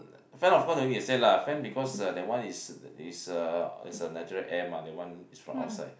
fan of course don't need to say lah fan because that one is is a natural air mah that one is from outside